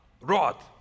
rod